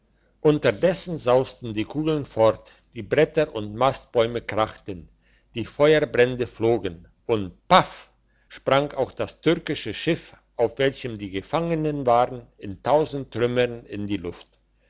unterdessen sausten die kugeln fort die bretter und mastbäume krachten die feuerbrände flogen und paff sprang auch das türkische schiff auf welchem die gefangenen waren in tausend trümmern in die luft